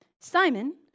Simon